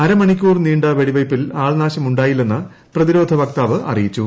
അര മണിക്കൂർ നീണ്ട വെടിവയ്പിൽ ആൾനാശമുണ്ടായില്ലെന്ന് പ്രതിരോധ വക്താവ് അറിയിച്ചു